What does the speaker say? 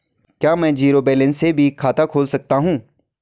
क्या में zero balance से भी खाता खोल सकता हूँ?